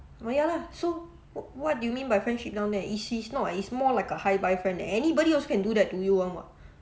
orh ya lah so wh~ what do you mean by friendship now it's it's not eh it's more like a hi bye friend anybody else can do that to you [one] [what]